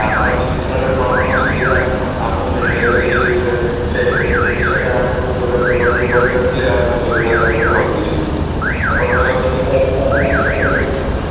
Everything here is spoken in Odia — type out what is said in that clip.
ଆପଣଙ୍କ ଚିକିତ୍ସାଳୟରେ କ'ଣ କ'ଣ ସୁବିଧା ଆମକୁ ମିଳିପାରିବ ସେ ସୁବିଧା ସେ ସେ ବିଷୟରେ ଆମକୁ ଯୋଗାଯୋଗ କରି କହି ପାରିଥିଲେ ଆହୁରି ଭଲ ହୋଇଥାନ୍ତା ବୋଲି ମୁଁ ଭାବୁଛି ଆପଣଙ୍କର ଚିକିତ୍ସାଳୟରେ କ'ଣ କ'ଣ ସୁବିଧା ମିଳିପାରିବ